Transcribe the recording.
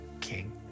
King